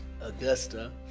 Augusta